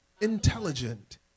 intelligent